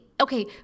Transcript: okay